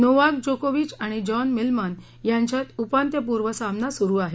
Novak जोकोविच आणि John Millman यांच्यात उपात्यपूर्व सामना सुरू आहे